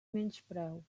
menyspreu